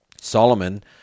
Solomon